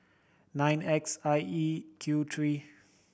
nine X I E Q three